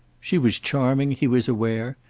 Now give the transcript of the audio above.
she was charming, he was aware,